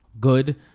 good